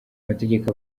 amategeko